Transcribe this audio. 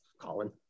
Colin